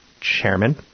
chairman